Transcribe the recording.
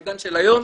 בעידן של היום,